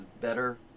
better